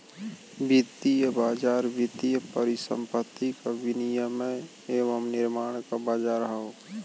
वित्तीय बाज़ार वित्तीय परिसंपत्ति क विनियम एवं निर्माण क बाज़ार हौ